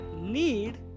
need